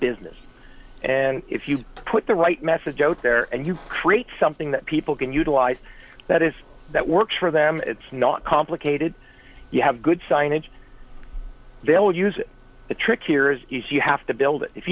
business and if you put the right message out there and you create something that people can utilize that is that works for them it's not complicated you have good signage they'll use the trick here is you have to build it if